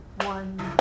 One